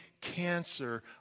cancer